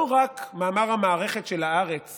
לא רק במאמר המערכת של הארץ